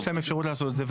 יש להם אפשרות לעשות את זה,